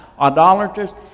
idolaters